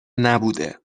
نبوده